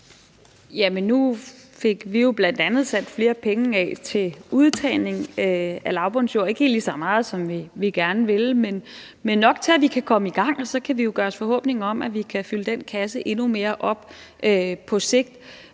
Nu fik vi jo bl.a. sat flere penge af til udtagning af lavbundsjord, ikke helt så meget, som vi gerne ville, men nok til, at vi kan komme i gang, og så kan vi gøre os forhåbninger om, at vi så kan fylde den kasse endnu mere op på sigt.